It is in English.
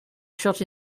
shot